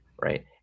right